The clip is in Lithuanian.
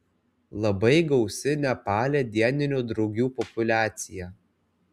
labai gausi nepale dieninių drugių populiacija